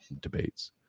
Debates